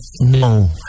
No